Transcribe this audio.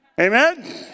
Amen